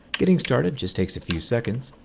getting started just takes a few seconds.